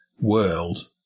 world